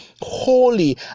holy